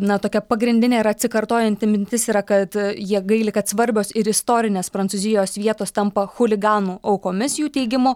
na tokia pagrindinė ir atsikartojanti mintis yra kad jie gaili kad svarbios ir istorinės prancūzijos vietos tampa chuliganų aukomis jų teigimu